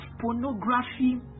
pornography